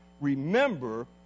Remember